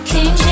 King